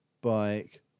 bike